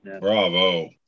Bravo